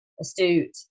astute